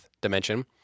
dimension